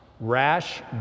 rash